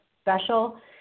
special